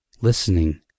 listening